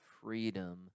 freedom